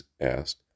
asked